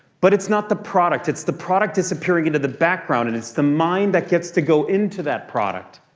but it's not the product. it's the product disappearing into the background, and it's the mind that gets to go into that product.